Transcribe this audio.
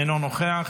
אינו נוכח,